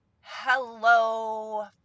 Hello